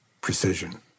precision